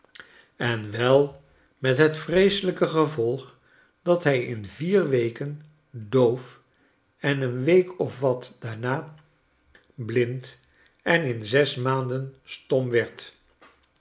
en wel met het vreeselijke gevolg dat hij in vier weken doof en een week of watdaarna blind en in zes maanden stom werd